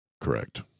Correct